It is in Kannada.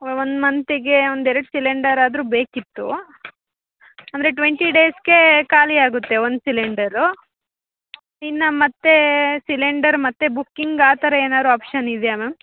ಒಂದು ಮಂತಿಗೆ ಒಂದು ಎರಡು ಸಿಲಿಂಡರ್ ಆದರೂ ಬೇಕಿತ್ತು ಅಂದರೆ ಟ್ವೆಂಟಿ ಡೇಸ್ಗೆ ಖಾಲಿಯಾಗುತ್ತೆ ಒಂದು ಸಿಲಿಂಡರು ಇನ್ನು ಮತ್ತು ಸಿಲಿಂಡರ್ ಮತ್ತೆ ಬುಕ್ಕಿಂಗ್ ಆ ಥರ ಏನಾದ್ರು ಆಪ್ಶನ್ ಇದೆಯಾ ಮ್ಯಾಮ್